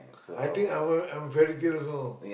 I think I'm a I'm a fairy tale also